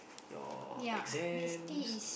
your exams